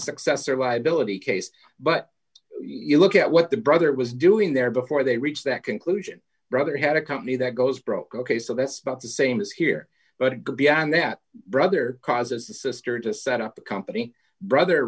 successor liability case but you look at what the brother was doing there before they reach that conclusion rather had a company that goes broke ok so that's about the same as here but it could be and that brother causes the sister to set up the company brother